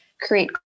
create